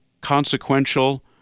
consequential